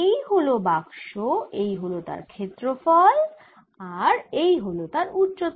এই হল বাক্স এই হল তার ক্ষেত্রফল ও এই হল তার উচ্চতা